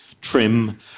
trim